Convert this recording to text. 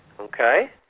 Okay